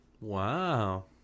Wow